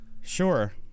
Sure